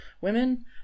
women